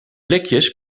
blikjes